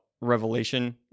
revelation